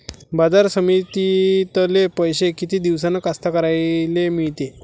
बाजार समितीतले पैशे किती दिवसानं कास्तकाराइले मिळते?